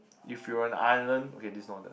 if you're an island okay this not the